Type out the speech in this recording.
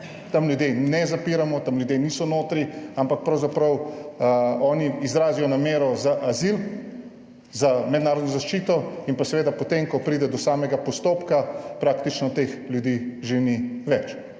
Tam ljudi ne zapiramo, tam ljudje niso notri, ampak pravzaprav oni izrazijo namero za azil za mednarodno zaščito in pa seveda potem, ko pride do samega postopka, praktično teh ljudi že ni več.